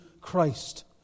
Christ